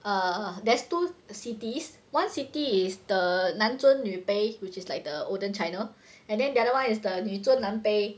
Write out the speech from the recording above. err there's two cities one city is the 男尊女卑 which is like the olden China and then the other one is the 女尊男卑